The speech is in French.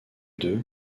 deux